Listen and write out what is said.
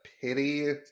pity